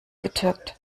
getürkt